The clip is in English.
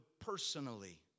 personally